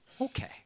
Okay